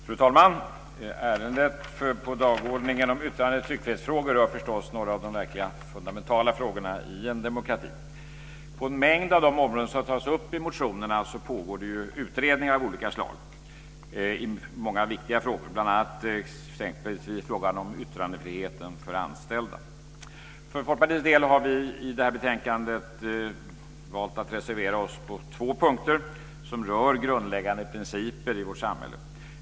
Fru talman! Detta ärende på dagordningen, yttrande och tryckfrihetsfrågor, rör några av de verkligt fundamentala frågorna i en demokrati. På en mängd av de områden som tas upp i motionerna pågår det utredningar av olika slag. Det gäller många viktiga frågor, bl.a. frågan om yttrandefriheten för anställda. Folkpartiet har i det här betänkandet valt att reservera sig på två punkter som rör grundläggande principer i vårt samhälle.